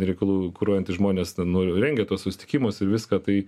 reikalų kuruojantys žmonės nu rengia tuos susitikimus ir viską tai